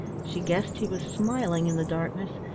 she guessed he was smiling in the darkness,